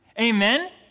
Amen